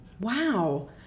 wow